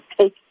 take